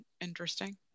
interesting